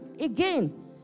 Again